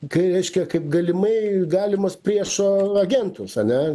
kai reiškia kaip galimai galimos priešo agentus ane